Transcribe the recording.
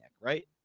right